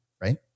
Right